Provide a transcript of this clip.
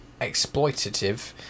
exploitative